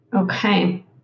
Okay